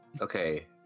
Okay